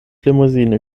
limousine